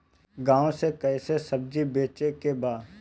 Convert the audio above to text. गांव से कैसे सब्जी बेचे के बा?